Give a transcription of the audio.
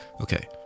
Okay